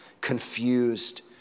confused